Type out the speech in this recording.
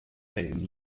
saying